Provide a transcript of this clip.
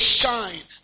shine